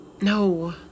No